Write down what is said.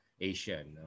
Asian